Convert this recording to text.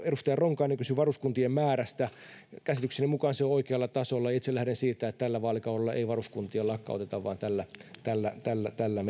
edustaja ronkainen kysyi varuskuntien määrästä käsitykseni mukaan se on oikealla tasolla ja itse lähden siitä että tällä vaalikaudella ei varuskuntia lakkauteta vaan tällä tällä